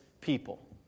people